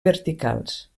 verticals